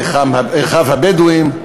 ואחיו הבדואים,